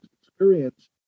experience